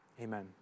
Amen